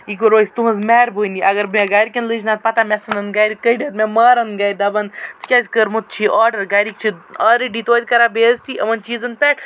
یہِ گو روزِ تُہٕنٛز مہربٲنی اگر مےٚ گَرِکٮ۪ن لٔج نَتہٕ پتہ مےٚ ژھٕنَن گَرِ کٔڑِتھ مےٚ مارَن گَرِ دَپَن ژےٚ کیٛازِ کوٚرمُت چھی آرڈَر گَرِکۍ چھِ آلرٔڈی تویتہِ کران بیزتی یِمَن چیٖزَن پٮ۪ٹھ